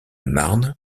marne